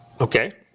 Okay